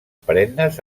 perennes